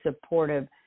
supportive